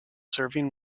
serving